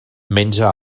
menja